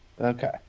Okay